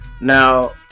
Now